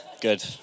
Good